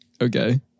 Okay